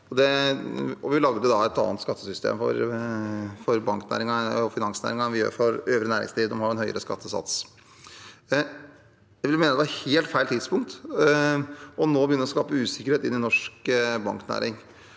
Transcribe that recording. vi lagde da et annet skattesystem for banknæringen og finansnæringen enn vi har for øvrig næringsliv. De har en høyere skattesats. Jeg mener det vil være helt feil tidspunkt nå å begynne å skape usikkerhet i norsk banknæring.